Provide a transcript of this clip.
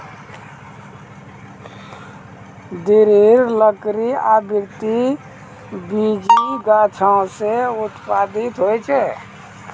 दृढ़ लकड़ी आवृति बीजी गाछो सें उत्पादित होय छै?